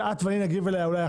שאת ואני אולי נגיב אחרת